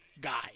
guy